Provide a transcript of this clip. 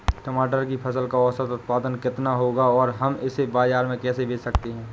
टमाटर की फसल का औसत उत्पादन कितना होगा और हम इसे बाजार में कैसे बेच सकते हैं?